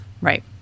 right